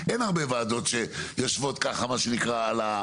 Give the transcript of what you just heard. אין הרבה ועדות שיושבות ככה מה שנקרא על,